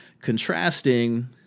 contrasting